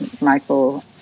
michael